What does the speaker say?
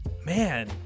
Man